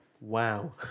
Wow